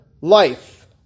life